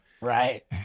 Right